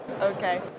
Okay